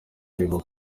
areba